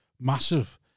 massive